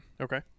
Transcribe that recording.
Okay